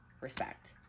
respect